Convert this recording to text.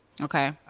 okay